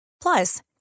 Plus